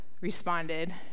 responded